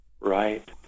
right